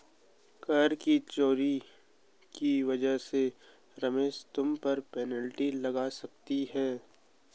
कर की चोरी की वजह से रमेश तुम पर पेनल्टी लग सकती है